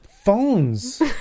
phones